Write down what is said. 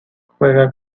juega